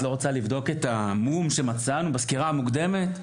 את לא רוצה לבדוק את המום שמצאנו בסקירה המוקדמת?